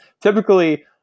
typically